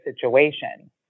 situation